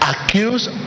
accuse